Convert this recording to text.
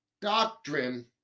doctrine